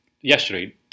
yesterday